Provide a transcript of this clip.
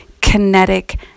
kinetic